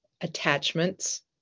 attachments